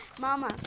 Mama